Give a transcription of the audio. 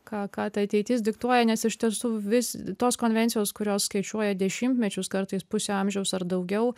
ką ką ta ateitis diktuoja nes iš tiesų vis tos konvencijos kurios skaičiuoja dešimtmečius kartais pusę amžiaus ar daugiau